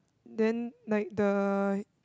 then like the